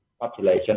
population